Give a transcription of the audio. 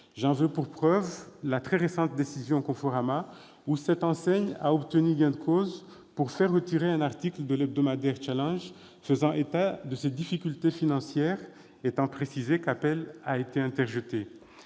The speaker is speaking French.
J'en veux pour preuve la très récente décision : cette enseigne a obtenu gain de cause pour faire retirer un article de l'hebdomadaire faisant état de ses difficultés financières- étant précisé qu'appel a été interjeté